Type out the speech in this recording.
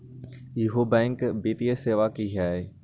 इहु बैंक वित्तीय सेवा की होई?